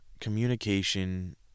communication